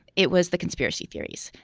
it was the conspiracy theories.